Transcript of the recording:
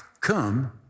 come